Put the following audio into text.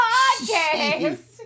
Podcast